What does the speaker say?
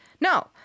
No